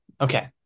Okay